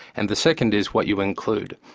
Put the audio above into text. and the second is, what you include.